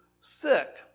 sick